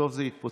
בסוף זה התפוצץ.